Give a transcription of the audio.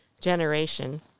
generation